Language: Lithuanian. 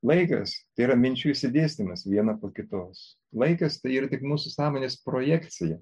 laikas tėra minčių išsidėstymas viena po kitos laikas tai yra tik mūsų sąmonės projekcija